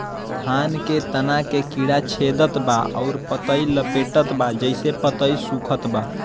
धान के तना के कीड़ा छेदत बा अउर पतई लपेटतबा जेसे पतई सूखत बा?